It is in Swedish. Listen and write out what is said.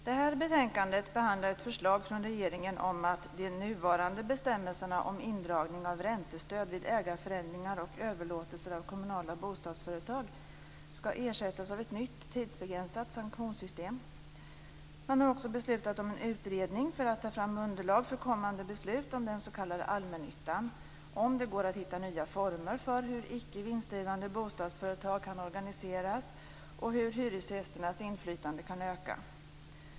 Det här betänkandet behandlar ett förslag från regeringen om att de nuvarande bestämmelserna om indragning av räntestöd vid ägarförändringar och överlåtelser av kommunala bostadsföretag skall ersättas av ett nytt, tidsbegränsat sanktionssystem. Man har också beslutat om en utredning för att ta fram underlag för kommande beslut om den s.k. allmännyttan - om det går att hitta nya former för hur icke vinstdrivande bostadsföretag kan organiseras och hur hyresgästernas inflytande kan öka.